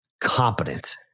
competent